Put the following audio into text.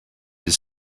his